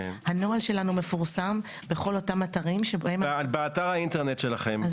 הנוהל שלנו מפורסם בכול אותם אתרים -- באתר האינטרנט שלכם,